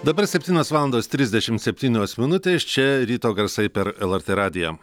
dabar septynios valandos trisdešimt septynios minutės čia ryto garsai per lrt radiją